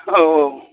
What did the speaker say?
औ औ